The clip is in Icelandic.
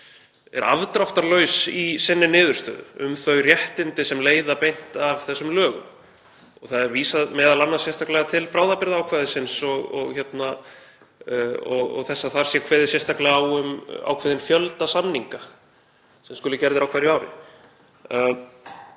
er afdráttarlaus í sinni niðurstöðu um þau réttindi sem leiða beint af þessum lögum. Það er sérstaklega vísað til bráðabirgðaákvæðisins og þess að þar sé kveðið sérstaklega á um ákveðinn fjölda samninga sem skuli gerðir á hverju ári.